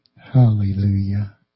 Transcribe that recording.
hallelujah